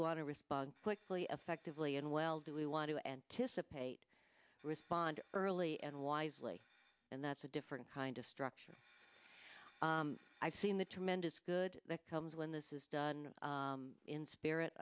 to respond quickly effectively and well do we want to anticipate respond early and wisely and that's a different kind of structure i've seen the tremendous good that comes when this is done in spirit